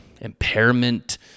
impairment